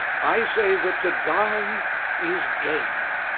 i say that to die is gain,